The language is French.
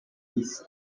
dix